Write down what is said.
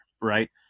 right